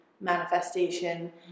manifestation